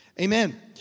Amen